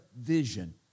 vision